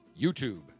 YouTube